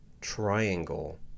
triangle